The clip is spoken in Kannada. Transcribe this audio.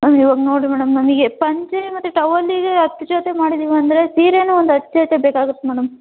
ಮ್ಯಾಮ್ ಇವಾಗ ನೋಡಿ ಮೇಡಮ್ ನನಗೆ ಪಂಚೆ ಮತ್ತು ಟವಲಿಗೆ ಹತ್ತು ಜೊತೆ ಮಾಡಿದ್ದೀವಿ ಅಂದರೆ ಸೀರೆನೂ ಒಂದು ಹತ್ತು ಜೊತೆ ಬೇಕಾಗತ್ತೆ ಮೇಡಮ್